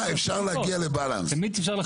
צריך פה גמישות,